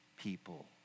people